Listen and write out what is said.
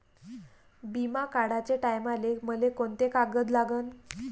बिमा काढाचे टायमाले मले कोंते कागद लागन?